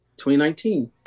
2019